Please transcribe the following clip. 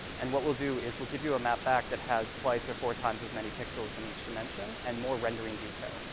and what we'll do is we'll give you a map back that has twice or four times as many pixels in each dimension, and more rendering detail.